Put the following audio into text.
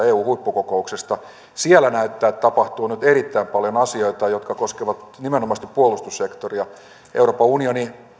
eun huippukokouksesta näyttää että siellä tapahtuu nyt erittäin paljon asioita jotka koskevat nimenomaisesti puolustussektoria euroopan unioni